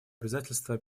обязательства